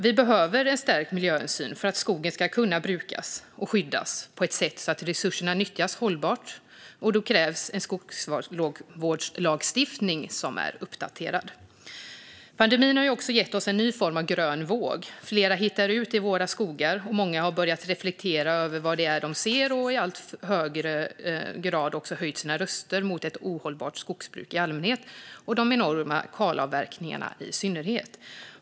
Vi behöver en stärkt miljöhänsyn, och för att skogen ska kunna brukas och skyddas på ett sätt så att resurserna nyttjas hållbart krävs en skogsvårdslagstiftning som är uppdaterad. Pandemin har gett oss en ny form av grön våg. Fler hittar ut i våra skogar, många har börjat reflektera över vad det är de ser och allt fler höjer sin röst mot ett ohållbart skogsbruk i allmänhet och de enorma kalavverkningarna i synnerhet.